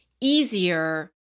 easier